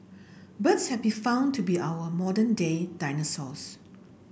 birds have been found to be our modern day dinosaurs